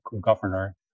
governor